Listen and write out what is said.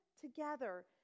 together